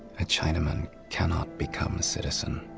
a chinaman cannot become a citizen.